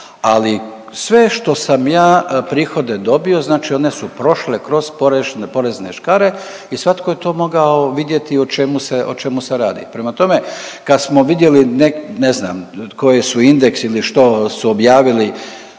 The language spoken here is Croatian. ali sve što sam ja prihode dobio znači one su prošle kroz porezne, porezne škare i svatko je to mogao vidjeti o čemu se, o čemu se radi. Prema tome, kad smo vidjeli ne…, ne znam koji su, Index ili što su objavili,